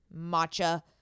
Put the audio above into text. matcha